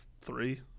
three